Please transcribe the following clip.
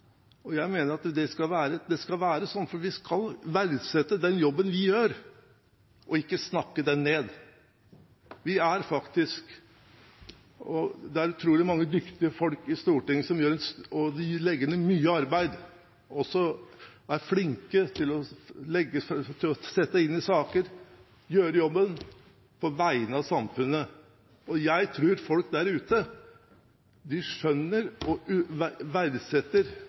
andres. Jeg mener det skal være slik, for man skal verdsette den jobben vi gjør, og ikke snakke den ned. Det er utrolig mange dyktige folk i Stortinget, og de legger ned mye arbeid. De er flinke til å sette seg inn i saker og gjøre jobben på vegne av samfunnet. Jeg tror folk der ute – de aller fleste – skjønner og verdsetter